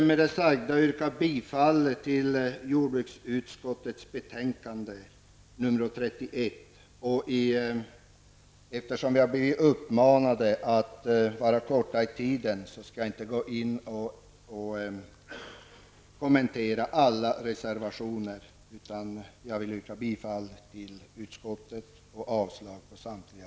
Med det sagda yrkar jag bifall till jordbruksutskottets hemställan i betänkande 31, och eftersom vi har blivit uppmanade att vara kortfattade skall jag inte gå in och kommentera alla reservationer utan bara yrka avslag på samtliga.